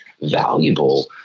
valuable